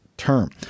term